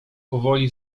powoli